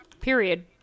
Period